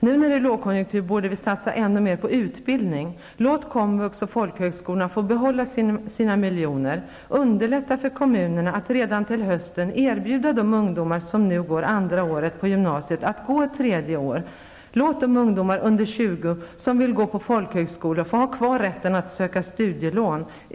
När det är lågkonjunktur borde vi satsa ännu mer på utbildning. Låt komvux och folkhögskolorna få behålla sina miljoner. Underlätta för kommunerna att redan till hösten erbjuda de ungdomar som nu går andra året på gymnasiet att gå ett tredje år. Låt de ungdomar under 20 år som vill gå på folkhögskolor få ha kvar rätten att söka studielån.